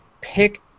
pick